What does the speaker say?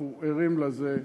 אנחנו ערים לזה.